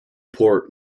port